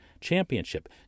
championship